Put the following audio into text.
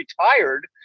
retired